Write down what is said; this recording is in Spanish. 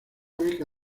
beca